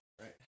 right